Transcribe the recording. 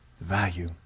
value